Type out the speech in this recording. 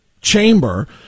chamber